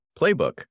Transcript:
playbook